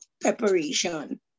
preparation